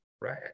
right